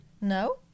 No